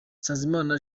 nsanzimana